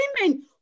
Women